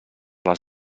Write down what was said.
les